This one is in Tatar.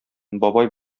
бабай